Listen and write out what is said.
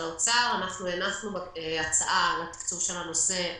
אנחנו טוענים לאורך שנים שיש חוסר תקצוב